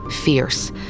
fierce